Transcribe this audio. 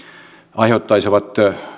aiheuttaisivat